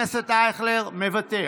אייכלר, מוותר,